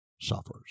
suffers